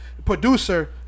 Producer